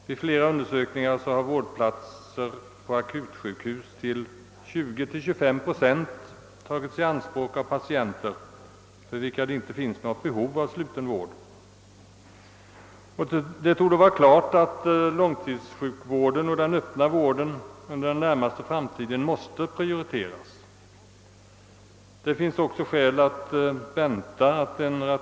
Vid flera undersökningar har det visat sig att vårdplatser på akutsjukhus till 20— 25 procent tagits i anspråk av patienter, för vilka det inte finns något behov av sluten vård. Det torde vara klart att långtidssjukvården och den öppna vården under den närmaste framtiden måste prioriteras.